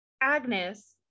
Agnes